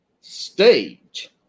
stage